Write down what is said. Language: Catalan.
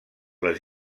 les